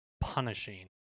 punishing